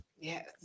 Yes